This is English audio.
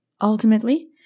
Ultimately